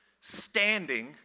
standing